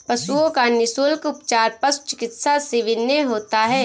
पशुओं का निःशुल्क उपचार पशु चिकित्सा शिविर में होता है